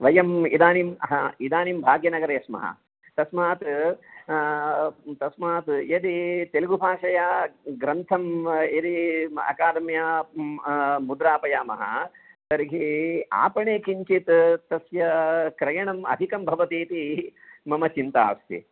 वयं इदानीं इदानीं भाग्यनगरे स्मः तस्मात् तस्मात् यदि तेलुगुभाषया ग्रन्थं यदि अकादेम्या मुद्रापयामः तर्हि आपणे किञ्चित् तस्य क्रयणं अधिकं भवतीति मम चिन्ता अस्ति